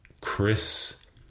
chris